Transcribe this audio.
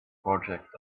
project